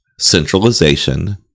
centralization